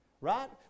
Right